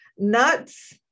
nuts